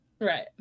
Right